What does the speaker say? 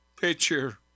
picture